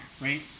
right